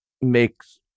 makes